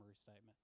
statement